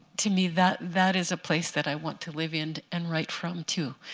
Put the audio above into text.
to me, that that is a place that i want to live in and write from, too,